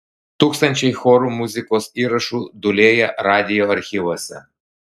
tūkstančiai chorų muzikos įrašų dūlėja radijo archyvuose